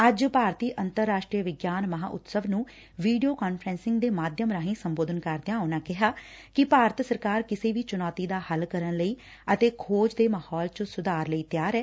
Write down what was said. ਅੱਜ ਭਾਰਤੀ ਅੰਤਰਰਾਸਟਰੀ ਵਿਗਿਆਨ ਮਹਾਂਉਸਤਸਵ ਨੰ ਵੀਡੀਓ ਕਾਨਫਰੰਸਿੰਗ ਦੇ ਮਾਧਿਅਮ ਰਾਹੀ ਸੰਬੋਧਨ ਕਰਦਿਆਂ ਉਨਾਂ ਕਿਹਾ ਕਿ ਭਾਰਤ ਸਰਕਾਰ ਕਿਸੇ ਵੀ ਚੁਣੌਤੀ ਦਾ ਹੱਲ ਕਰਨ ਲਈ ਅਤੇ ਖੋਜ ਦੇ ਮਾਹੌਲ ਚ ਸੁਧਾਰ ਲਈ ਤਿਆਰ ਐ